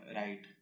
right